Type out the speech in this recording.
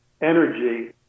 energy